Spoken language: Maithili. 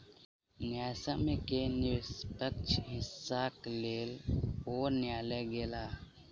न्यायसम्य के निष्पक्ष हिस्साक लेल ओ न्यायलय गेला